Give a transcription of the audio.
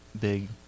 big